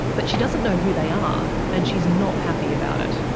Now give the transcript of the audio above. but she doesn't know who they are, and she's not happy about it.